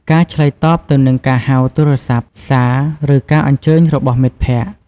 ការឆ្លើយតបទៅនឹងការហៅទូរស័ព្ទ សារ ឬការអញ្ជើញរបស់មិត្តភក្តិ។